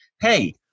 hey